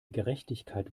gerechtigkeit